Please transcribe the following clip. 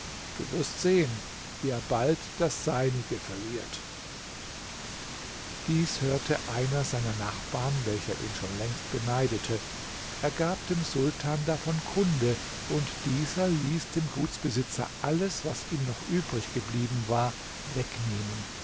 du wirst sehen wie er bald das seinige verliert dies hörte einer seiner nachbarn welcher ihn schon längst beneidete er gab dem sultan davon kunde und dieser ließ dem gutsbesitzer alles was ihm noch übrig geblieben war wegnehmen